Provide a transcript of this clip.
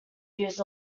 used